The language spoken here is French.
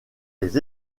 les